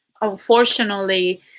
unfortunately